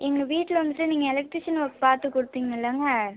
எங்கள் வீட்டில் வந்துகிட்டு நீங்கள் எலெக்ட்ரிஷன் ஒர்க் பார்த்து கொடுத்திங்க இல்லேங்க